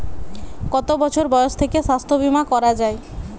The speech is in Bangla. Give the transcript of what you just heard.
কত বছর বয়স থেকে স্বাস্থ্যবীমা করা য়ায়?